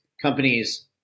companies